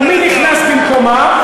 ומי נכנס במקומה?